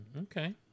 Okay